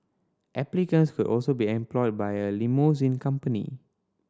applicants could also be employed by a limousine company